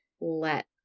Let